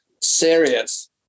serious